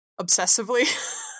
obsessively